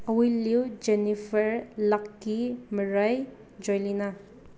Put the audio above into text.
ꯑꯋꯤꯜꯌꯨ Jennifer ꯂꯛꯀꯤ ꯃꯔꯥꯏ ꯖꯦꯂꯤꯅꯥ